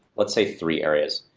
let's say, three areas.